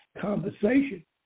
conversation